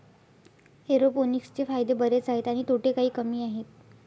एरोपोनिक्सचे फायदे बरेच आहेत आणि तोटे काही कमी आहेत